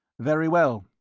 very well,